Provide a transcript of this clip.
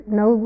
no